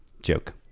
joke